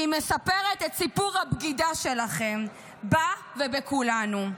היא מספרת את סיפור הבגידה שלכם בה ובכולנו,